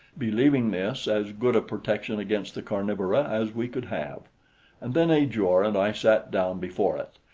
believing this as good a protection against the carnivora as we could have and then ajor and i sat down before it,